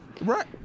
Right